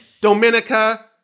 Dominica